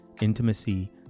intimacy